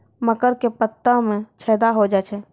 मकर के पत्ता मां छेदा हो जाए छै?